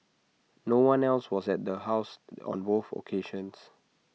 no one else was at the house on both occasions